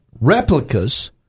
Replicas